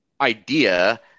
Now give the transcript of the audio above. idea